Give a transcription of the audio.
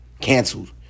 canceled